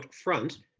front,